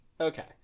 okay